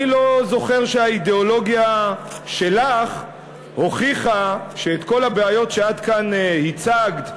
אני לא זוכר שהאידיאולוגיה שלך הוכיחה שאת כל הבעיות שהצגת כאן,